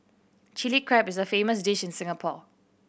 Chilli Crab is a famous dish in Singapore